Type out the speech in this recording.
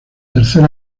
tercer